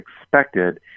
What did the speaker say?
expected